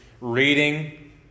reading